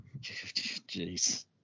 Jeez